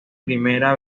primera